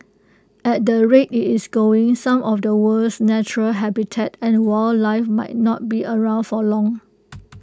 at the rate IT is going some of the world's natural habitat and wildlife might not be around for long